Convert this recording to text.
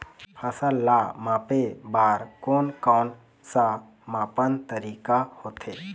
फसल ला मापे बार कोन कौन सा मापन तरीका होथे?